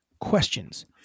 questions